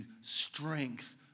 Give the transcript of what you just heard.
strength